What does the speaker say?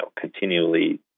continually